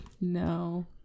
no